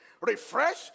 refresh